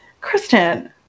Kristen